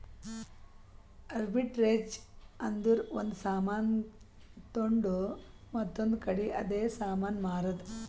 arbitrage ಅಂದುರ್ ಒಂದ್ ಸಾಮಾನ್ ತೊಂಡು ಮತ್ತೊಂದ್ ಕಡಿ ಅದೇ ಸಾಮಾನ್ ಮಾರಾದ್